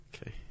Okay